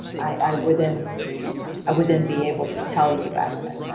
i wouldn't i wouldn't be able to tell you back then.